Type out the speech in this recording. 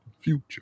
future